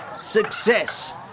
success